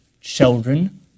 Children